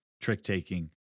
trick-taking